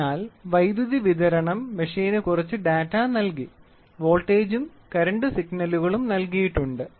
അതിനാൽ വൈദ്യുതി വിതരണം മെഷീന് കുറച്ച് ഡാറ്റ നൽകി വോൾട്ടേജും കറൻറ് സിഗ്നലുകളും നൽകിയിട്ടുണ്ട്